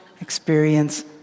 experience